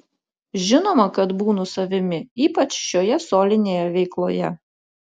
žinoma kad būnu savimi ypač šioje solinėje veikloje